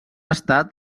estat